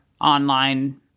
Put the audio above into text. online